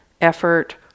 effort